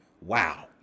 Wow